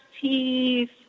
teeth